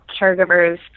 caregivers